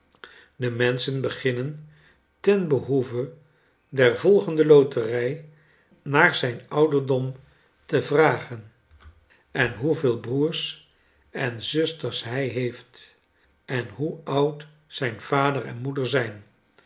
de menschen beginnen ten behoeve der volgende loterij naar zijn ouderdom te vragen en hoeveel broers en zusters hij heeft en hoe oud zijn vader en moeder zijn